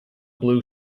blue